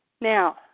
Now